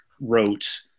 wrote